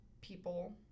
people